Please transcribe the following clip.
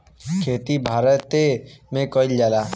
खेती भारते मे कइल जाला